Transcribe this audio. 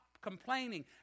complaining